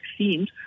vaccines